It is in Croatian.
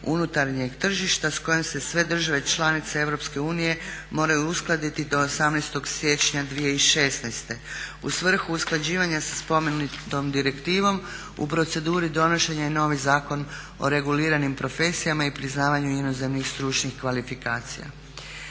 unutarnjeg tržišta s kojom se sve države članice EU moraju uskladiti do 18.siječnja 2016. U svrhu usklađivanja sa spomenutom direktivom u proceduri donošenja je novi Zakon o reguliranim profesijama i priznavanju inozemnih stručnih kvalifikacija.